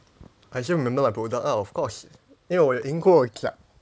I still remember my product ah of course 因为我有赢过奖